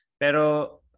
Pero